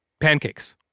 pancakes